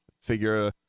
figure